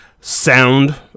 sound